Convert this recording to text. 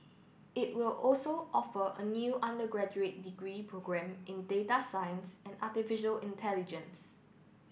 it will also offer a new undergraduate degree programme in data science and artificial intelligence